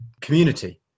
Community